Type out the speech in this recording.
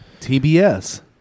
TBS